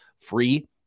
free